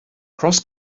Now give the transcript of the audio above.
cross